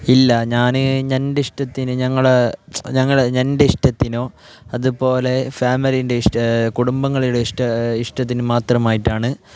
ഇല്ല ഞാൻ എൻ്റെ ഇഷ്ടത്തിന് ഞങ്ങൾ ഞങ്ങൾ എൻ്റെ ഇഷ്ടത്തിനോ അതുപോലെ ഫാമിലിൻ്റെ കുടുംബങ്ങളുടെ ഇഷ്ടത്തിനും മാത്രമായിട്ടാണ്